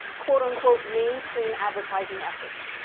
quote, unquote, mainstream advertising efforts.